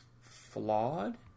flawed